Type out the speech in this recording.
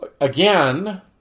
Again